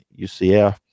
UCF